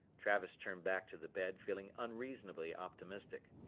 travis turned back to the bed feeling unreasonably optimistic.